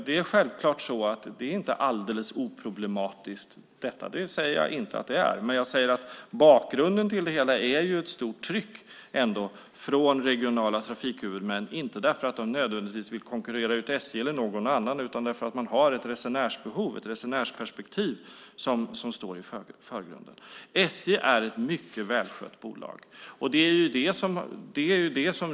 Jag säger inte att det är alldeles oproblematiskt, men jag säger att bakgrunden är ett stort tryck från regionala trafikhuvudmän. Det är inte nödvändigtvis för att de vill konkurrera ut SJ eller någon annan utan därför att de har ett resenärsbehov, ett resenärsperspektiv, som står i förgrunden. SJ är ett mycket välskött bolag.